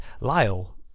Lyle